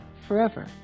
forever